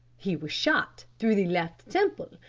he was shot through the left temple,